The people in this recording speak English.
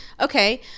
Okay